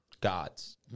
Gods